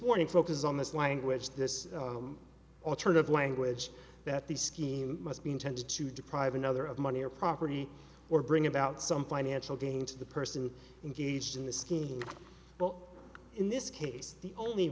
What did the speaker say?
morning focus on this language this alternative language that the scheme must be intended to deprive another of money or property or bring about some financial gain to the person engaged in the scheme but in this case the only